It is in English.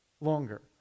longer